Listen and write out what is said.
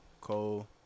Cole